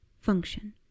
function